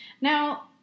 Now